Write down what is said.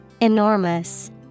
Enormous